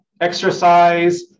exercise